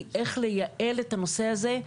קשור לדרכים שאפשר לייעל בהן את הנושא הזה,